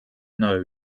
know